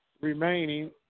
remaining